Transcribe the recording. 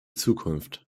zukunft